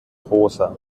rosa